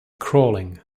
crawling